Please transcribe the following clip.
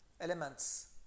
elements